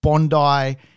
Bondi